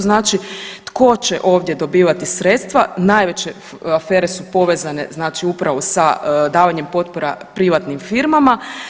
Znači tko će ovdje dobivati sredstva najveće afere su povezane upravo sa davanjem potpora privatnim firmama.